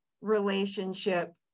relationship